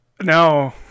no